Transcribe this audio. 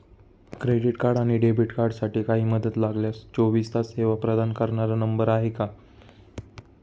Credit आणि debit कार्डसाठी काही मदत लागल्यास चोवीस तास सेवा प्रदान करणारा नंबर आहे का?